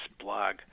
blog